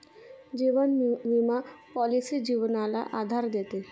जीवन विमा पॉलिसी जीवनाला आधार देते